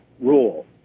rule